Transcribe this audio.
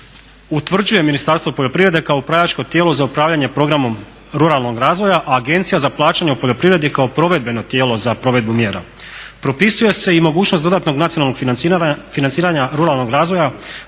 utvrđuje Ministarstvo poljoprivrede kao upravljačko tijelo za upravljanje programom ruralnog razvoja, a Agencija za plaćanje u poljoprivredi kao provedbeno tijelo za provedbu mjera. Propisuje se i mogućnost dodatnog nacionalnog financiranja ruralnog razvoja